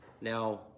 Now